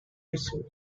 issue